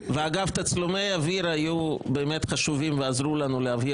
תצלומי האוויר היו באמת חשובים ועזרו לנו להבהיר